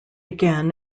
again